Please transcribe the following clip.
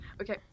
Okay